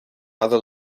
other